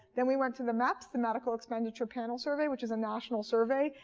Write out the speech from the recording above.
then we went to the meps the medical expenditure panel survey which is a national survey,